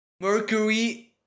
Mercury